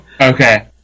okay